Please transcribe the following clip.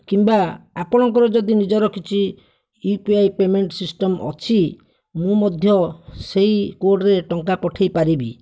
କିମ୍ବା ଆପଣଙ୍କର ଯଦି ନିଜର କିଛି U P I payment system ଅଛି ମୁଁ ମଧ୍ୟ ସେହି କୋଡ଼୍ରେ ଟଙ୍କା ପଠେଇପାରିବି